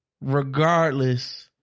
regardless